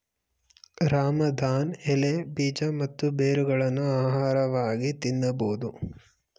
ರಾಮದಾನ್ ಎಲೆ, ಬೀಜ ಮತ್ತು ಬೇರುಗಳನ್ನು ಆಹಾರವಾಗಿ ತಿನ್ನಬೋದು